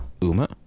Uma